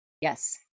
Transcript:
yes